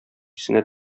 исенә